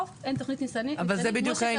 אין תכנית "ניצנים" --- מיכל שיר